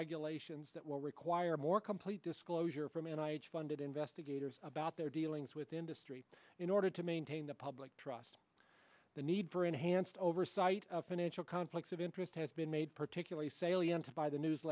regulations that will require more complete disclosure from me and i funded investigators about their dealings with industry in order to maintain the public trust the need for enhanced oversight of financial conflicts of interest has been made particularly salient by the news